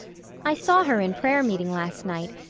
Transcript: i saw her in prayer-meeting last night,